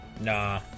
nah